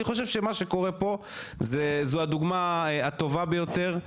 אני חושב שמה שקורה פה זה זו הדוגמה הטובה ביותר,